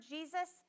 Jesus